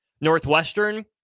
northwestern